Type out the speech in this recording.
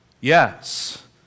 Yes